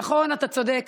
נכון, אתה צודק,